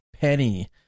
penny